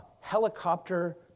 helicopter